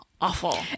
awful